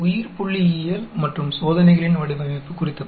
biostatics और design of experiments के पाठ्यक्रम में आपका स्वागत है